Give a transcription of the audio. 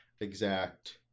exact